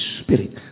Spirit